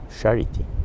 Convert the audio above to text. charity